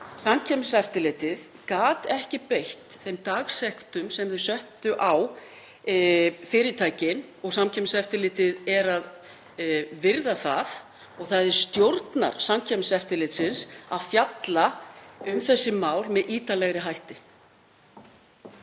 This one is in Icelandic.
Samkeppniseftirlitið gat ekki beitt þeim dagsektum sem það setti á fyrirtækin og Samkeppniseftirlitið er að virða það og það er stjórnar Samkeppniseftirlitsins að fjalla um þessi mál með ítarlegri hætti.